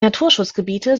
naturschutzgebiete